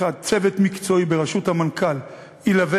1. צוות מקצועי בראשות המנכ"ל ילווה